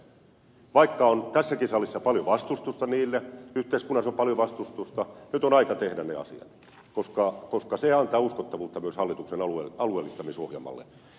vaikka on tässäkin salissa paljon vastustusta niille yhteiskunnassa on paljon vastustusta nyt on aika tehdä ne asiat koska se antaa uskottavuutta myös hallituksen alueellistamisohjelmalle